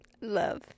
love